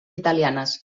italianes